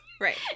Right